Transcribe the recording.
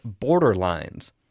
Borderlines